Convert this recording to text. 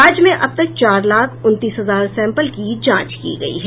राज्य में अब तक चार लाख उनतीस हजार सैंपल की जांच की गयी है